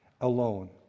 Alone